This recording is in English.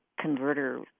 converter